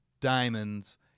diamonds